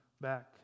back